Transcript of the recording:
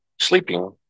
sleeping